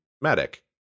medic